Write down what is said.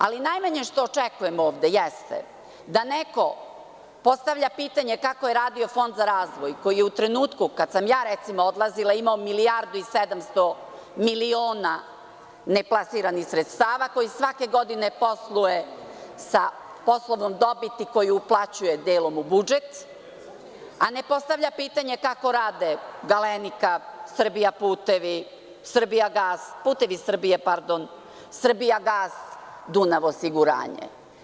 Ali, najmanje što očekujem ovde jeste da neko postavlja pitanje kako je radio Fond za razvoj koji je u trenutku kad sam ja odlazila imao milijardu i 700 miliona neplasiranih sredstava, koji svake godine posluje sa poslovnom dobiti koju uplaćuje delom u budžet, a ne postavlja pitanje kako rade „Galenika“, „Putevi Srbije“, „Srbijagas“, „Dunav“ osiguranje.